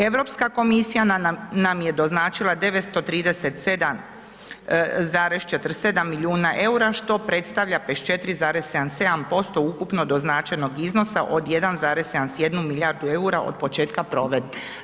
Europska komisija nam je doznačila 937,47 milijuna EUR-a što predstavlja 54,77% ukupno doznačenog iznosa od 1,71 milijardu EUR-a od početka provedbe.